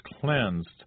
cleansed